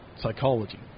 psychology